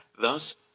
Thus